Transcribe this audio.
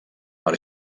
per